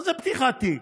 מה זה פתיחת תיק?